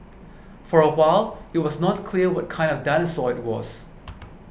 for a while it was not clear what kind of dinosaur it was